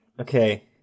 Okay